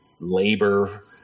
labor